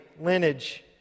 lineage